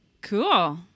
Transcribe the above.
cool